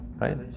right